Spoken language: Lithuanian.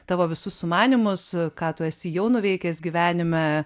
tavo visus sumanymus ką tu esi jau nuveikęs gyvenime